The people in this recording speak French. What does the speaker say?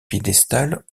piédestal